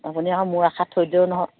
আপুনি আৰু মোৰ আশাত থৈ দিব নহয়